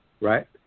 right